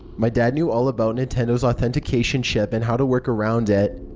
my dad knew all about nintendo's authentication chip and how to work around it.